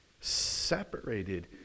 separated